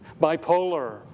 bipolar